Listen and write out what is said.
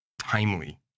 timely